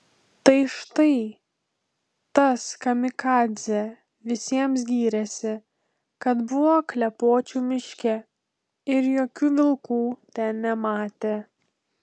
tai štai tas kamikadzė visiems gyrėsi kad buvo klepočių miške ir jokių vilkų ten nematė